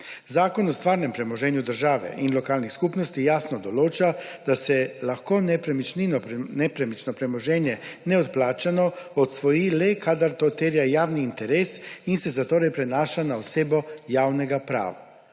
Zakon o stvarnem premoženju države in lokalnih skupnosti jasno določa, da se lahko nepremično premoženje neodplačno odsvoji le, kadar to terja javni interes in se zatorej prenaša na osebo javnega prava.